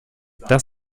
das